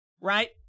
Right